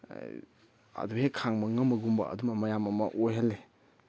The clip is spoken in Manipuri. ꯑꯗꯨꯝ ꯍꯦꯛ ꯈꯥꯡꯕ ꯉꯝꯕꯒꯨꯝꯕ ꯑꯗꯨꯒꯨꯝꯕ ꯃꯌꯥꯝ ꯑꯃ ꯑꯣꯏꯍꯜꯂꯦ